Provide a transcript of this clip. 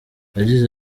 yagize